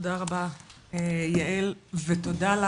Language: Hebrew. תודה רבה יעל ותודה לך,